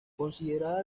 considerada